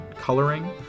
coloring